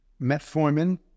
metformin